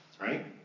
right